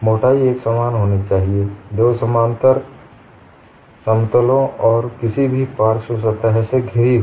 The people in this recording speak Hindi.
मोटाई एकसमान होनी चाहिए दो समानांतर समतलों और किसी भी पार्श्व सतह से घिरी हुई हो